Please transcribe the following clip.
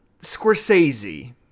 scorsese